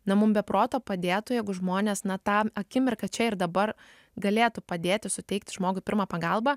na mum be proto padėtų jeigu žmonės na tą akimirką čia ir dabar galėtų padėti suteikti žmogui pirmą pagalbą